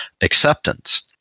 acceptance